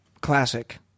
classic